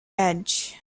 edge